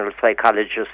psychologist